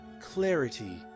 clarity